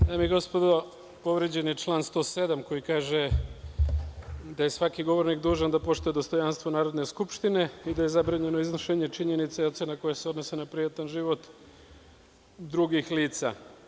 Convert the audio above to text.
Dame i gospodo, povređen je član 107. koji kaže da je svaki govornik dužan da poštuje dostojanstvo Narodne skupštine i da je zabranjeno iznošenje činjenica i ocena koje se odnose na privatan život drugih lica.